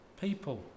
people